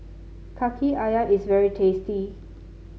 Kaki ayam is very tasty